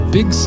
Big